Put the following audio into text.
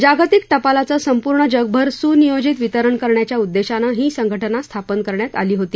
जागतिक टपालाचं संपूर्ण जगभर सुनियोजित वितरण करण्याच्या उद्देशानं ही संघटना स्थापन करण्यात आली होती